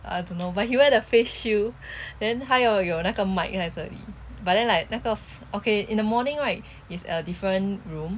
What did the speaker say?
I don't know but he wear the face shield then 他要有那个 mic 来这里 but then like 那个 okay in the morning right is a different room